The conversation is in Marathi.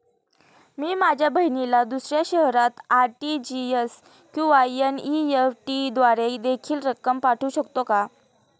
मी माझ्या बहिणीला दुसऱ्या शहरात आर.टी.जी.एस किंवा एन.इ.एफ.टी द्वारे देखील रक्कम पाठवू शकतो का?